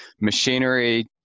machinery